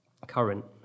current